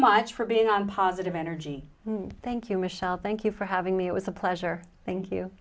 much for being on positive energy and thank you michel thank you for having me it was a pleasure thank you